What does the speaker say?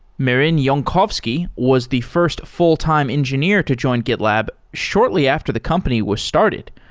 marin jankovski was the first full-time engineer to join gitlab shortly after the company was started.